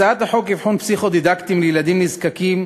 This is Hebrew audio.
הצעת חוק אבחון פסיכו-דידקטי לילדים נזקקים,